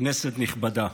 כנסת נכבדה,